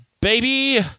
baby